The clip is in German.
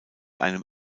einem